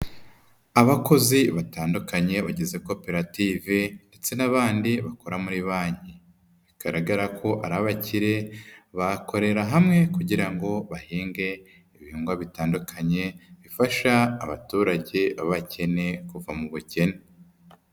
Abakozi batandukanye bagize koperative ndetse n'abandi bakora muri banki bigaragara ko ari abakire bakorera hamwe kugira ngo bahinge ibihingwa bitandukanye bifasha abaturage b'abakene kuva mu bukene.